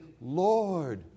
Lord